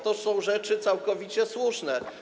To rzeczy całkowicie słuszne.